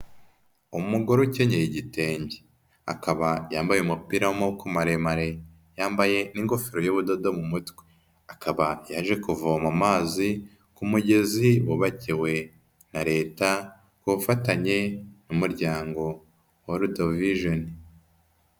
Umugore ukenyeye igitenge, akaba yambaye umupira w'amaboko maremare, yambaye n'ingofero y'ubudodo mu mutwe, akaba yaje kuvoma amazi ku mugezi bubakiwe na Leta kufatanye n'umuryango World Vision.